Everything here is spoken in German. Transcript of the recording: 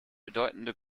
bedeutende